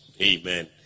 Amen